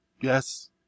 Yes